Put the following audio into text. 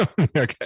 Okay